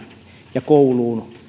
ja kouluun